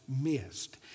missed